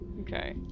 Okay